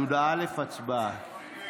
י"א, הצבעה.